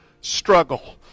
struggle